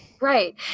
Right